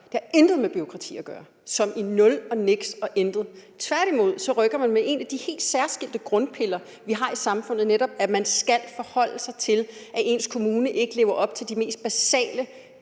Det har intet med bureaukrati at gøre – som i nul og niks og intet. Tværtimod rykker man ved en af de helt særskilte grundpiller, vi har i samfundet, netop at man skal forholde sig til, at ens kommune ikke lever op til de mest basale